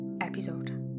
episode